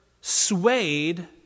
swayed